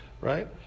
right